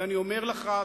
ואני אומר לך,